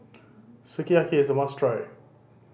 sukiyaki is a must try